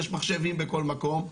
יש מחשבים בכל מקום.